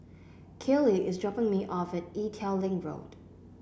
Kaley is dropping me off at Ee Teow Leng Road